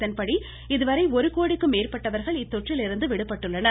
இதன்படி இதுவரை ஒரு கோடிக்கும் மேற்பட்டவர்கள் இத்தொற்றிலிருந்து விடுபட்டுள்ளன்